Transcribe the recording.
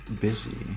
busy